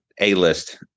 A-list